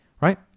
right